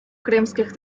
кримських